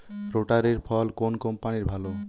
রোটারের ফল কোন কম্পানির ভালো?